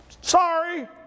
Sorry